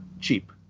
cheap